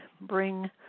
bring